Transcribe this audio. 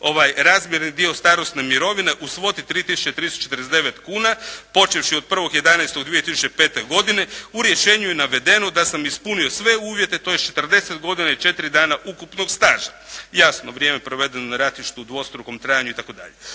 razmjerni dio starosne mirovine u svoti od 3.349,00 kuna počevši od 1.11.2005. godine. U rješenju je navedeno da sam ispunio sve uvjete, tj. 40 godina i 4 dana ukupnog staža. Jasno vrijeme provedeno na ratištu u dvostrukom trajanju itd.